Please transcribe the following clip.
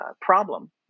problem